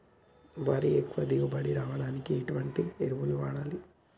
వరిలో ఎక్కువ దిగుబడి రావడానికి ఎటువంటి ఎరువులు వాడాలి?